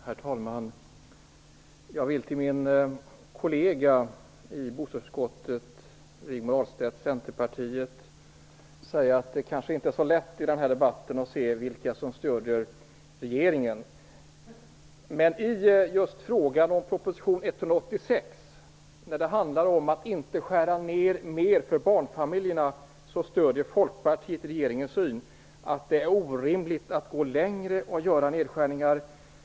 Herr talman! Jag vill till min kollega i bostadsutskottet, Rigmor Ahlstedt, Centerpartiet, säga att det kanske inte är så lätt att i den här debatten se vilka som stöder regeringen. Men just i fråga om proposition 186, när det handlar om att inte skära ned mer för barnfamiljerna, stöder Folkpartiet regeringens åsikt att det är orimligt att gå längre när det gäller nedskärningar.